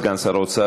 סגן שר האוצר.